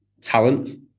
talent